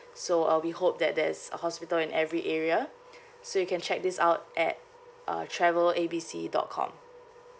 so uh we hope that there's a hospital in every area so you can check this out at uh travel A B C dot com